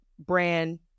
brand